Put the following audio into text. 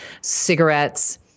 cigarettes